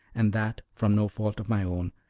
and that from no fault of my own,